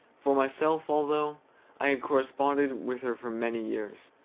for myself, although i had corresponded with her for many years,